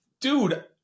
Dude